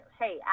hey